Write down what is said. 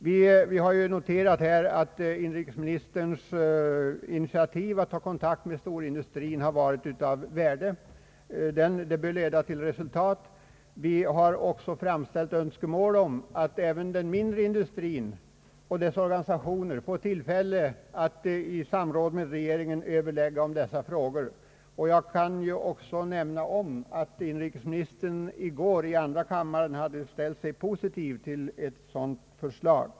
Vi har noterat att inrikesministerns initiativ att ta kontakt med storindustrin varit av värde och att detta bör leda till resultat. Vi har också framhållit önskemå let om att även den mindre industrin och dess organisationer skulle få tillfälle att i samråd med regeringen Ööverlägga i dessa frågor. Jag kan också nämna att inrikesministern i går i andra kammaren ställde sig positiv till ett sådant förslag.